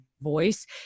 voice